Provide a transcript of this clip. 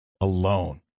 alone